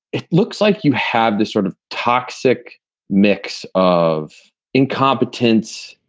it looks like you have this sort of toxic mix of incompetence,